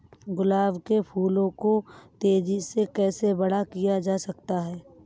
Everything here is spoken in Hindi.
गुलाब के फूलों को तेजी से कैसे बड़ा किया जा सकता है?